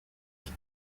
qui